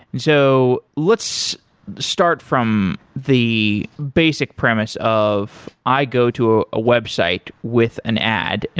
and so let's start from the basic premise of i go to a ah website with an ad, and